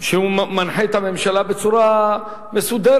שמנחה את הממשלה בצורה מסודרת.